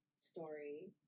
story